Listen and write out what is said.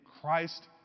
Christ